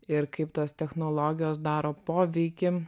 ir kaip tos technologijos daro poveikį